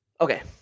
okay